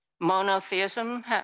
Monotheism